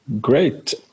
Great